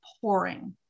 pouring